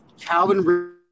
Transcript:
Calvin